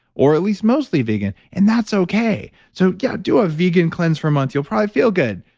or, at least, mostly vegan, and that's okay. so yeah, do a vegan cleanse for a month, you'll probably feel good.